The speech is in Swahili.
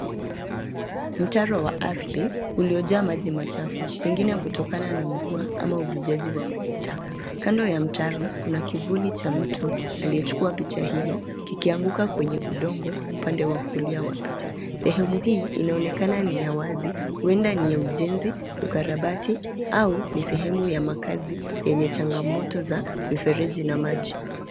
Mtaro wa ardhi uliojaa maji machafu pengine kutokana na mvua ama uvujaji wa maji taka, kando ya mtaro kuna kivuli cha mtu aliyechukua picha hilo kikianguka kwenye udongo upande wa kulia wa picha, sehemu hii inaonekana ni ya wazi huenda ni ya ujenzi, ukarabati au ni sehemu ya makazi yenye changamoto za mifereji na maji.